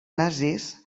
nazis